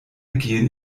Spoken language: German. gehen